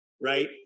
right